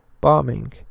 bombing